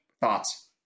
thoughts